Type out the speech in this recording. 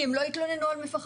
כי הם לא התלוננו על מפחמות.